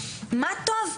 מה טוב,